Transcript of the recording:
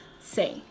say